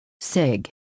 Sig